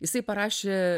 jisai parašė